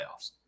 playoffs